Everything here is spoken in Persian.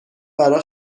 برا